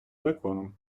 законом